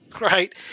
Right